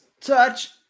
Touch